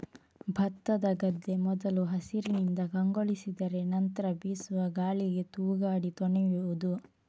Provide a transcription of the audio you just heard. ಭತ್ತದ ಗದ್ದೆ ಮೊದಲು ಹಸಿರಿನಿಂದ ಕಂಗೊಳಿಸಿದರೆ ನಂತ್ರ ಬೀಸುವ ಗಾಳಿಗೆ ತೂಗಾಡಿ ತೊನೆಯುವುದು